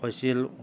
হৈছিল